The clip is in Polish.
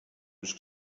już